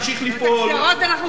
את הגזירות אנחנו כבר משלמים.